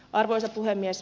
arvoisa puhemies